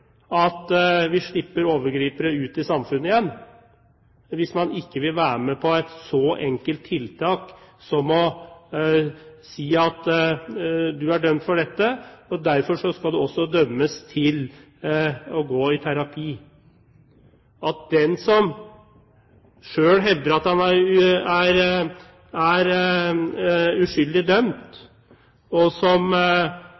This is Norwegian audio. at vi slipper overgripere ut i samfunnet igjen, hvis man ikke vil være med på et så enkelt tiltak som innebærer at dersom man er dømt for dette, skal man også dømmes til å gå i terapi. At den som selv hevder at han er